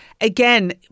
Again